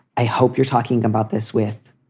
i hope you're talking about this with